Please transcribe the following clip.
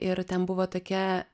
ir ten buvo tokia